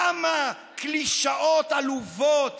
כמה קלישאות עלובות